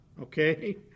okay